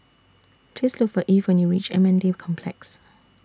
Please Look For Eve when YOU REACH M N D Complex